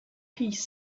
piece